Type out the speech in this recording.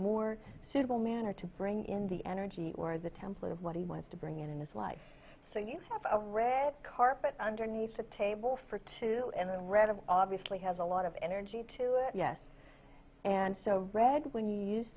more suitable manner to bring in the energy or the template of what he was to bring in in his life so you have a red carpet underneath a table for two and then read of obviously has a lot of energy to it yes and so red when you use